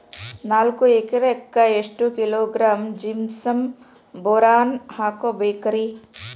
ನಾಲ್ಕು ಎಕರೆಕ್ಕ ಎಷ್ಟು ಕಿಲೋಗ್ರಾಂ ಜಿಪ್ಸಮ್ ಬೋರಾನ್ ಹಾಕಬೇಕು ರಿ?